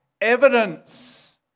evidence